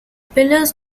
pillars